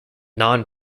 non